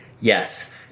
Yes